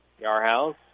Yarhouse